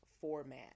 format